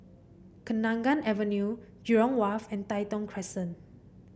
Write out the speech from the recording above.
Kenanga Avenue Jurong Wharf and Tai Thong Crescent